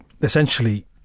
essentially